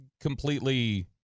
completely